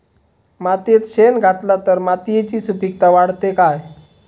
मातयेत शेण घातला तर मातयेची सुपीकता वाढते काय?